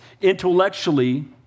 intellectually